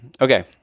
Okay